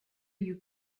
you